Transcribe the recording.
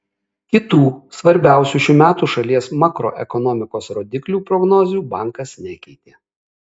kitų svarbiausių šių metų šalies makroekonomikos rodiklių prognozių bankas nekeitė